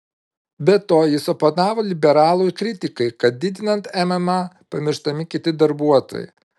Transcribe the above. be to jis oponavo liberalų kritikai kad didinant mma pamirštami kiti darbuotojai